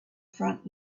front